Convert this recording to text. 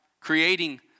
creating